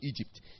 Egypt